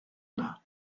yna